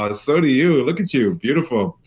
ah so do you, look at you! beautiful!